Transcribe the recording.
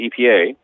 EPA